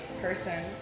person